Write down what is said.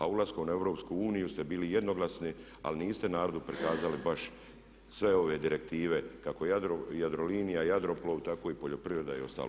A ulaskom u EU ste bili jednoglasni ali niste narodu prikazali baš sve ove direktive kako Jadrolinija, Jadroplov tako i poljoprivreda i ostalo.